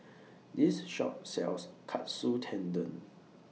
This Shop sells Katsu Tendon